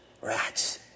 Rats